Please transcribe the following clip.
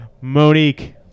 Monique